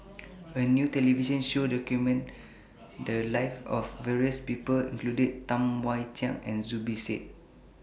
A New television Show documented The Lives of various People including Tam Wai Jia and Zubir Said